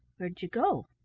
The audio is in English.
where did you go?